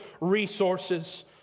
resources